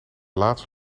laatst